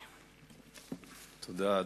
תודה.